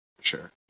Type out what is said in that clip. sure